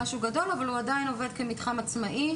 אבל הוא עובד כמתחם עצמי.